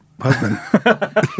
husband